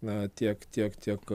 na tiek tiek tiek